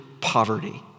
poverty